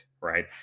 right